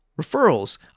Referrals